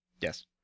Yes